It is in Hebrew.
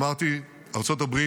אמרתי: ארצות הברית,